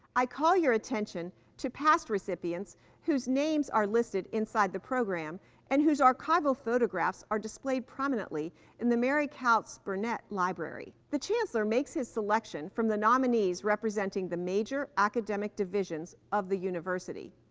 i call your attention to past recipients whose names are listed inside the program and whose archival photographs are displayed prominently in the mary couts burnett library. the chancellor makes his selection from the nominees representing the major academic divisions of the university.